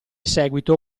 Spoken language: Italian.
seguito